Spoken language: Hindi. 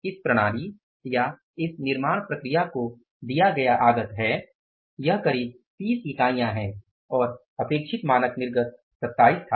इस प्रणाली या इस निर्माण प्रक्रिया को दिया गया आगत है यह करीब 30 इकाइयों है और अपेक्षित मानक निर्गत 27 था